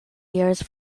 years